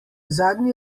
zadnji